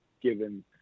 given